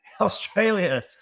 Australia